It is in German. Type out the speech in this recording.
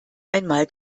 einmal